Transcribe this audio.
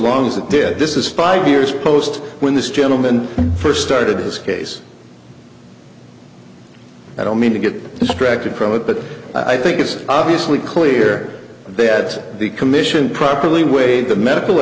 long as it did this is five years post when this gentleman first started his case i don't mean to get distracted from it but i think it's obviously clear that the commission properly weighed the medical